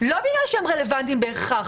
לא בגלל שהם רלוונטיים בהכרח,